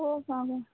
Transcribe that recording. हो